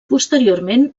posteriorment